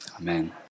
Amen